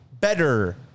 better